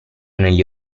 negli